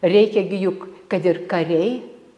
reikia gi juk kad ir kariai